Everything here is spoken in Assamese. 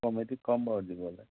কমেডী কম বাৰু দিবলৈ